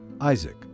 Isaac